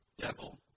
Devil